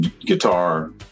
guitar